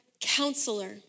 counselor